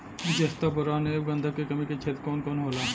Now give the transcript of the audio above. जस्ता बोरान ऐब गंधक के कमी के क्षेत्र कौन कौनहोला?